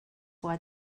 why